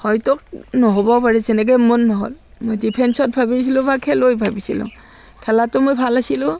হয়তো নহ'ব পাৰে যেনেকৈ মোৰ নহ'ল মই ডিফেঞ্চত ভাবিছিলোঁ বা খেলত ভাবিছিলোঁ খেলাতো মই ভাল আছিলোঁ